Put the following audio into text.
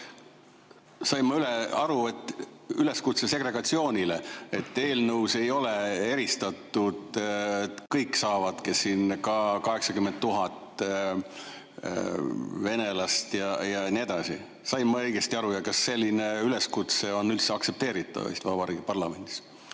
sain aru, üleskutset segregatsioonile, et eelnõus ei ole eristatud ja kõik saavad, kes siin [elavad], ka 80 000 venelast ja nii edasi. Sain ma õigesti aru ja kas selline üleskutse on üldse aktsepteeritav Eesti Vabariigi parlamendis?